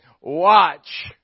Watch